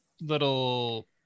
little